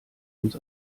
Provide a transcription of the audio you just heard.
uns